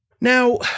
Now